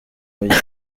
mujyi